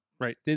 Right